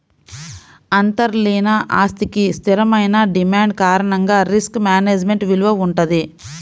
అంతర్లీన ఆస్తికి స్థిరమైన డిమాండ్ కారణంగా రిస్క్ మేనేజ్మెంట్ విలువ వుంటది